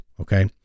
okay